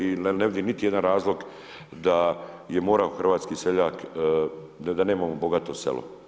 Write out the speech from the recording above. I ne vidim niti jedan razlog da je morao hrvatski seljak, da nemamo bogato selo.